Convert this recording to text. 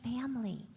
family